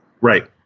Right